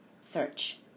Search